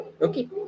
Okay